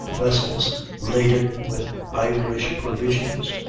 vessels laden with irish provisions,